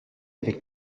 avec